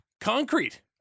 concrete